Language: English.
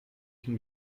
can